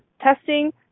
testing